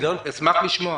אשמח לשמוע.